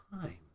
time